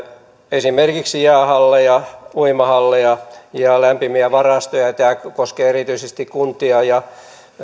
esimerkiksi jäähalleja uimahalleja ja lämpimiä varastoja tämä koskee erityisesti kuntia ja